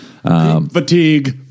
Fatigue